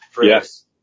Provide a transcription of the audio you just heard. Yes